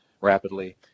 rapidly